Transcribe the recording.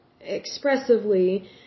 expressively